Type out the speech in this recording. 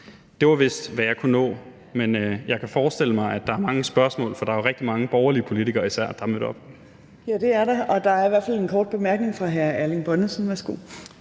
Det var vist, hvad jeg kunne nå, men jeg kan forestille mig, at der er mange spørgsmål, for der er jo rigtig mange især borgerlige politikere, der er mødt op. Kl. 16:10 Fjerde næstformand (Trine Torp): Ja, det er der, og der er i hvert fald en kort bemærkning fra hr. Erling Bonnesen. Værsgo.